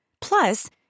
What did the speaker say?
Plus